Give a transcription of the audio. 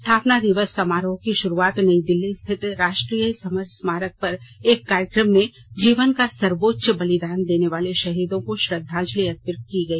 स्थापना दिवस समारोह की शुरूआत नई दिल्ली स्थित राष्ट्रीय समर स्मारक पर एक कार्यक्रम में जीवन का सर्वोच्च बलिदान देने वाले शहीदों को श्रद्वांजलि अर्पित करके की गई